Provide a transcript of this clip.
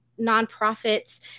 nonprofits